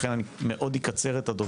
לכן אני אקצר מאוד את הדוברים.